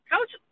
Coach